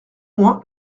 moins